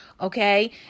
Okay